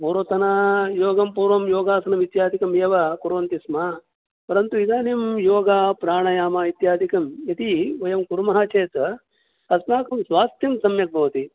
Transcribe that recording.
पूर्वतनयोगं पूर्वं योगासनम् इत्यादिकम् एव कुर्वन्ति स्म परन्तु इदानीं योग प्राणायाम इत्यादिकं इति वयं कुर्मः चेत् अस्माकं स्वास्थ्यं सम्यक् भवति